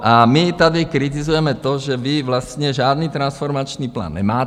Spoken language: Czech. A my tady kritizujeme to, že vy vlastně žádný transformační plán nemáte.